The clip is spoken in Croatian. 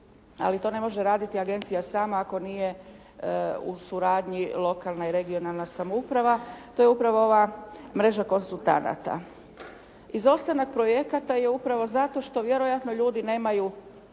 ali to ne može raditi agencija sama ako nije u suradnji lokalna i regionalna samouprava. To je upravo ova mreža konzultanata. Izostanak projekata je upravo zašto što ljudi nemaju